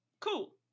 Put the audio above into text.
Cool